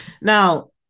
Now